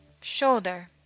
shoulder